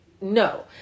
no